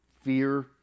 fear